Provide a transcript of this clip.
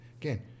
again